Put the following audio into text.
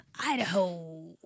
Idaho